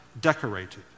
decorated